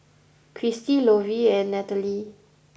Christi Lovie and Nataly